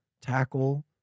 tackle